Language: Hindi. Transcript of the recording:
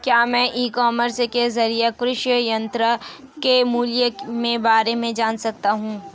क्या मैं ई कॉमर्स के ज़रिए कृषि यंत्र के मूल्य में बारे में जान सकता हूँ?